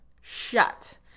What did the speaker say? shut